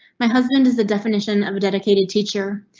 my husband is the definition of a dedicated teacher.